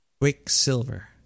Quicksilver